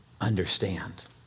understand